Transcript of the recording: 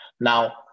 Now